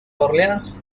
orleans